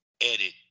edit